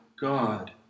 God